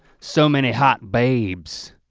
so many hot babes.